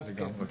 לגמרי.